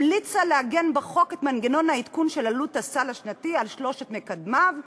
המליצה לעגן בחוק את מנגנון העדכון של עלות הסל השנתי על שלושת מקדמיו,